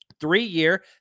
Three-year